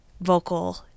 vocal